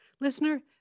listener